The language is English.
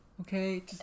okay